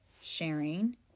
sharing